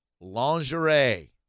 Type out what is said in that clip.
Lingerie